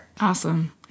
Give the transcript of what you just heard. Awesome